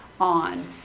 on